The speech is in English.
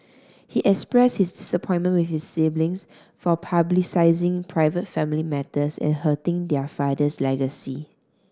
he expressed his disappointment with his siblings for publicising private family matters and hurting their father's legacy